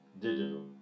Digital